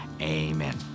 amen